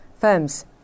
firm's